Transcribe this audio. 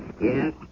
Yes